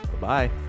Bye